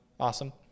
Awesome